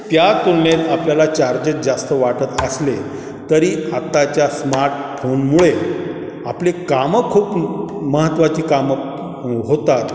त्या तुलनेत आपल्याला चार्जेस जास्त वाटत असले तरी आत्ताच्या स्मार्टफोनमुळे आपली कामं खूप महत्त्वाची कामं होतात